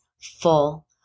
full